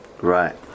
right